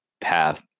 path